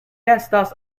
estas